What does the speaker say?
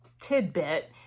tidbit